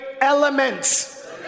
elements